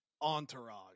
Entourage